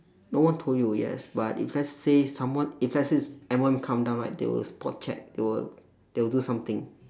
no one told you yes but if let's say someone if let's says M_O_M come down right they will spot check they will they will do something